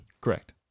Correct